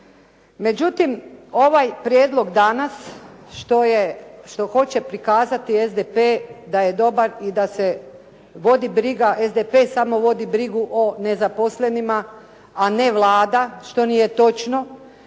Međutim, ovaj prijedlog danas što hoće prikazati SDP da je dobar i da se vodi briga. SDP samo vodi brigu o nezaposlenima a ne Vlada što nije točno,